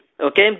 Okay